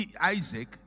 Isaac